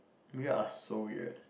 you are so weird